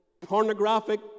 pornographic